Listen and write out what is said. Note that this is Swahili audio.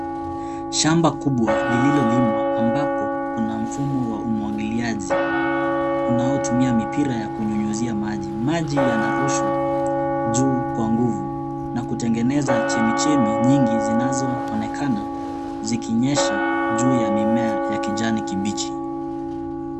Shamba kubwa lilolimwa ambapo kuna mfumo wa umwangiliaji unaotumia mipira ya kunyunyizia maji. Maji yanarushwa juu kwa nguvu na kutengeneza chemichemi nyingi zinazoonekana zikinyesha juu ya mimea ya kijani kibichi.